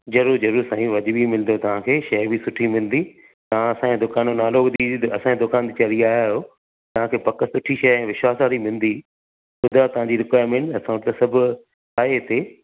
ज़रूरु ज़रूरु साईं वाजिबी बि मिलंदो तव्हां खे शइ बि सुठी मिलदी तां असांजे दुकानु जो नालो ॿुधी असांजी दुकान ते चढ़ी आया आहियो तव्हां खे पक सुठी शइ विश्वास वारी मिलंदी ॿुधायो तव्हां जी रिकवायरमैंट असां वटि सभु आहे हिते